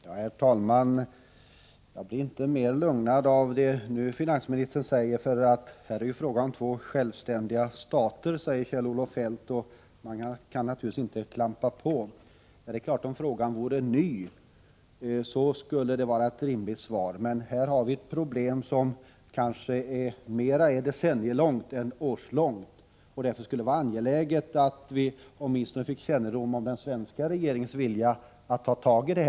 Herr talman! Jag blir inte mer lugnad av det som finansministern nu säger. Kjell-Olof Feldt hänvisar till att det är fråga om två självständiga stater och till att man naturligtvis inte kan klampa på hur som helst. Om frågan vore ny, skulle det vara ett rimligt svar, men det gäller ett problem som snarare är decennier långt än årslångt. Det vore därför angeläget att vi fick kännedom om åtminstone den svenska regeringens vilja att ta tag i det.